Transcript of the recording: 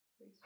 please